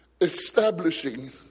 establishing